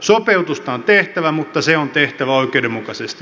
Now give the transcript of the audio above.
sopeutusta on tehtävä mutta se on tehtävä oikeudenmukaisesti